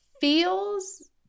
feels